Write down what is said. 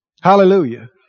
Hallelujah